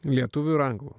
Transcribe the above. lietuvių ir anglų